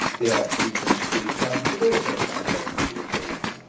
the archdeacon's three sons had also come home for the occasion.